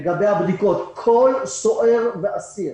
לגבי סוגיית הבדיקות כל סוהר ואסיר